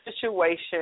situation